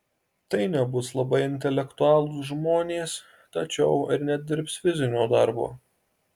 tai nebus labai intelektualūs žmonės tačiau ir nedirbs fizinio darbo